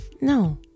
No